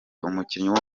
umukinnyi